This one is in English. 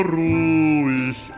ruhig